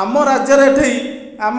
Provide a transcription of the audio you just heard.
ଆମ ରାଜ୍ୟରେ ଏଠି ଆମ